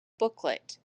booklet